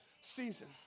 season